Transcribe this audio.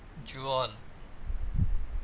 ju on